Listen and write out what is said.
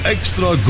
Extra